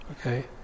Okay